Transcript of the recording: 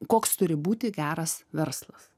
koks turi būti geras verslas